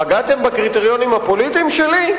פגעתם בקריטריונים הפוליטיים שלי?